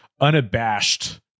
unabashed